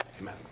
Amen